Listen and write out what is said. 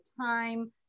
time